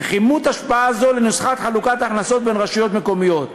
וכימות השפעה זאת לנוסחת חלוקת הכנסות בין רשויות מקומיות.